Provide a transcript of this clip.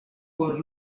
por